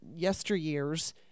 yesteryears